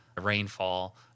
rainfall